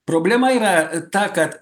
problema yra ta kad